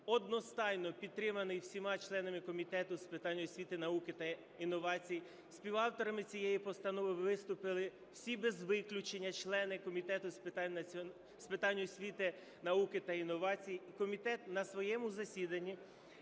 одностайно підтриманий всіма членами Комітету з питань освіти, науки та інновацій. Співавторами цієї постанови виступили всі без виключення члени Комітету з питань освіти, науки та інновацій. І комітет на своєму засіданні